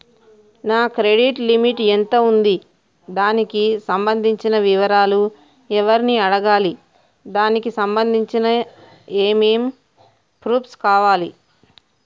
నా credit limit ఎంత ఉంది? దానికి సంబంధించిన వివరాలు ఎవరిని అడగాలి? దానికి సంబంధించిన ఏమేం ప్రూఫ్స్ కావాలి?